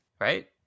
right